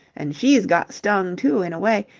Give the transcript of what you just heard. and she's got stung, too, in a way,